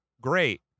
great